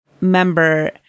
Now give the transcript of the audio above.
Member